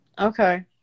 okay